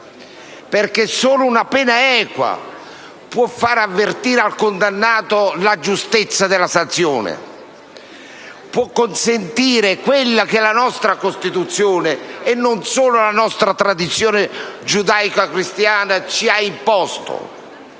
perché solo una pena equa può far avvertire al condannato la giustezza della sanzione e può consentire quello che la nostra Costituzione - e non solo la nostra tradizione giudaico‑cristiana - ci ha imposto: